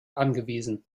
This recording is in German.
angewiesen